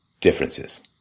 differences